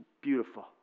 beautiful